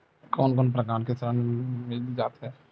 कोन कोन प्रकार के ऋण मिल जाथे?